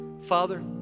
Father